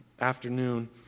afternoon